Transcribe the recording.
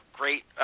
great